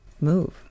Move